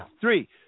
Three